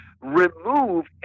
remove